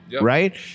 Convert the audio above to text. right